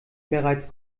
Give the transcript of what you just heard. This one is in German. bereits